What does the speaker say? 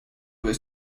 was